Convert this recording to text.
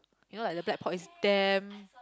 you know like the black pork is damn